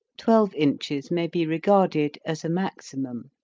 twelve inches may be regarded as a maximum.